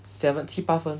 seven 七八分